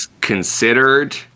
considered